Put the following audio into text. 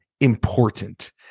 important